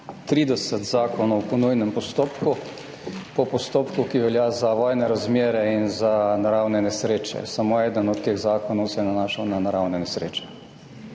30 zakonov po nujnem postopku, po postopku, ki velja za vojne razmere in za naravne nesreče. Samo eden od teh zakonov se je nanašal na naravne nesreče.